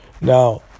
Now